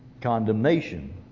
Condemnation